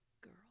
girl